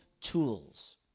tools